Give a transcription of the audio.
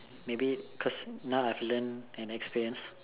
maybe cause now I've learnt and experienced